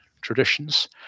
traditions